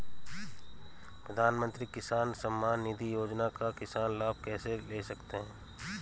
प्रधानमंत्री किसान सम्मान निधि योजना का किसान लाभ कैसे ले सकते हैं?